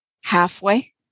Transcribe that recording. halfway